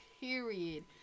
Period